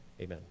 amen